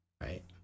right